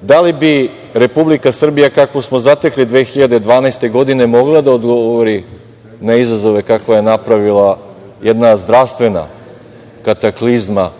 Da li bi Republika Srbija kakvu smo zatekli 2012. godine mogla da odgovori na izazove kakve je napravila jedna zdravstvena kataklizma